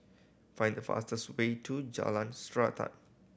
find the fastest way to Jalan Srantan